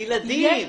לילדים.